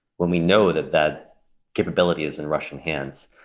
when we know that that capability is in russian hands.